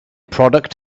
product